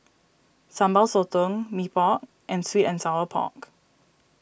Sambal Sotong Mee Pok and Sweet and Sour Pork